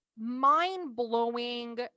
mind-blowing